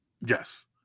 Yes